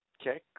Okay